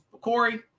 Corey